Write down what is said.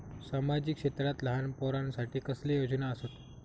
सामाजिक क्षेत्रांत लहान पोरानसाठी कसले योजना आसत?